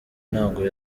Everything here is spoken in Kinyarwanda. ntabwo